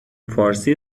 فارسی